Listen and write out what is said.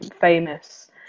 famous